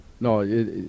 no